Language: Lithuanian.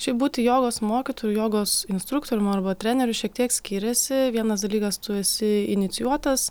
šiaip būti jogos mokytoju jogos instruktorium arba treneriu šiek tiek skiriasi vienas dalykas tu esi inicijuotas